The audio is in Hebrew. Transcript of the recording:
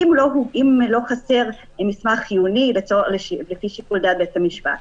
אם לא חסר מסמך חיוני לפי שיקול דעת בית המשפט.